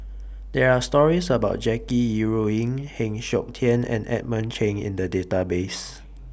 There Are stories about Jackie Yi Ru Ying Heng Siok Tian and Edmund Cheng in The Database